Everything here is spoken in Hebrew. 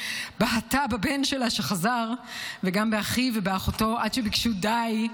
בהתה בבן שלה שחזר וגם באחיו ובאחותו עד שביקשו די,